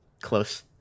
close